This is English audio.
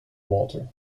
walter